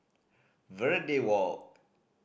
Verde Walk